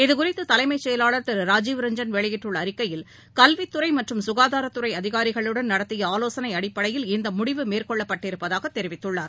இதுகுறித்துதலைமைச் செயலாளர் திருராஜீவ் ரஞ்சன் வெளியிட்டுள்ளஅறிக்கையில் கல்வித்துறைமற்றும் சுகாதாரத்துறைஅதிகாரிகளுடன் நடத்தியஆலோகனைஅடிப்படையில் இந்தமுடிவு மேற்கொள்ளப்பட்டிருப்பதாகத் தெரிவித்துள்ளார்